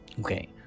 okay